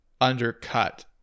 undercut